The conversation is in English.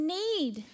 need